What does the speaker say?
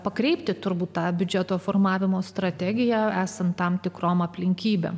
pakreipti turbūt tą biudžeto formavimo strategiją esant tam tikrom aplinkybėm